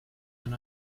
can